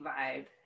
vibe